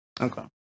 Okay